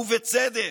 ובצדק.